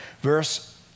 Verse